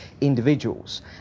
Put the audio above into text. individuals